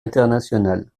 international